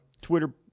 Twitter